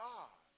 God